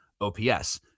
OPS